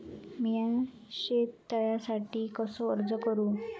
मीया शेत तळ्यासाठी कसो अर्ज करू?